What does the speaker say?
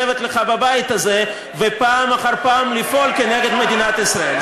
לשבת בבית הזה ופעם אחר פעם לפעול כנגד מדינת ישראל.